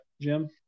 Jim